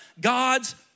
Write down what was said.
God's